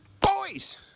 Boys